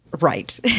Right